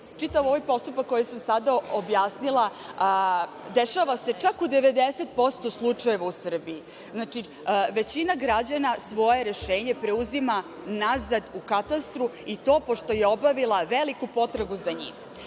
Čitav ovaj postupak koji sam sada objasnila dešava se čak u 90% slučajeva u Srbiji. Znači, većina građana svoje rešenje preuzima nazad u katastru i to pošto je obavila veliku potragu za njim. Ja